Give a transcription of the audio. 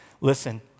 Listen